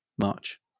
March